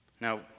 Now